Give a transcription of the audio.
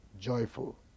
joyful